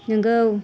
नोंगौ